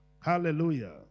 Hallelujah